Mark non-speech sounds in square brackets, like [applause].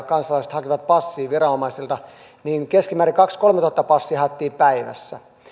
[unintelligible] kansalaiset hakivat passeja viranomaisilta keskimäärin kaksituhatta viiva kolmetuhatta passia haettiin päivässä